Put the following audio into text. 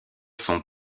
son